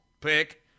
pick